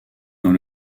dans